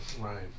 Right